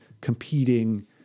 competing